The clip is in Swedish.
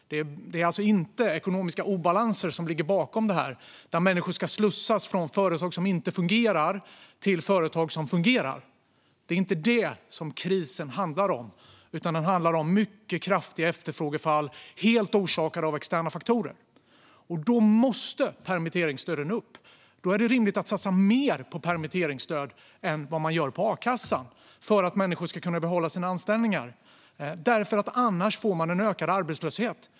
Det är alltså inte ekonomiska obalanser som ligger bakom, där människor ska slussas från företag som inte fungerar till företag som fungerar. Det är inte detta krisen handlar om, utan den handlar om ett mycket kraftigt efterfrågefall, helt orsakat av externa faktorer. Då måste permitteringsstöden upp. Då är det rimligt att satsa mer på permitteringsstöd än på akassan, för att människor ska kunna behålla sina anställningar. Annars får man en ökad arbetslöshet.